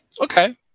Okay